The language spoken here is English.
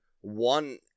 one